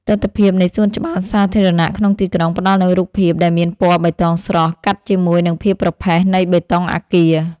ទិដ្ឋភាពនៃសួនច្បារសាធារណៈក្នុងទីក្រុងផ្ដល់នូវរូបភាពដែលមានពណ៌បៃតងស្រស់ កាត់ជាមួយនឹងភាពប្រផេះនៃបេតុងអាគារ។